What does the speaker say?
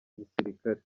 gisirikare